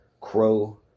Crow